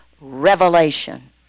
revelation